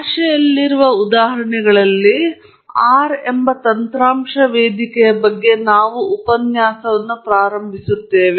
ಭಾಷೆಯಲ್ಲಿರುವ ಉದಾಹರಣೆಗಳಲ್ಲಿ ಅಥವಾ ಆರ್ ಎಂಬ ತಂತ್ರಾಂಶ ವೇದಿಕೆಯಲ್ಲಿ ನಾವು ಉಪನ್ಯಾಸವನ್ನು ಮುಕ್ತಾಯಗೊಳಿಸುತ್ತೇವೆ